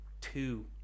two